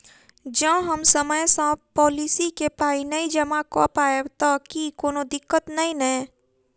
जँ हम समय सअ पोलिसी केँ पाई नै जमा कऽ पायब तऽ की कोनो दिक्कत नै नै?